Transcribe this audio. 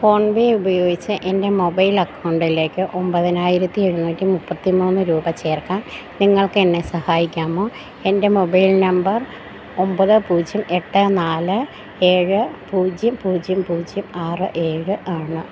PhonePe ഉപയോഗിച്ച് എൻ്റെ mobile അക്കൗണ്ടിലേക്ക് ഒമ്പതിനായിരത്തി എഴുന്നൂറ്റി മുപ്പത്തിമൂന്ന് രൂപ ചേർക്കാൻ നിങ്ങൾക്കെന്നെ സഹായിക്കാമോ എൻ്റെ മൊബൈൽ നമ്പർ ഒമ്പത് പൂജ്യം എട്ട് നാല് ഏഴ് പൂജ്യം പൂജ്യം പൂജ്യം ആറ് ഏഴ് ആണ്